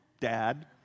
dad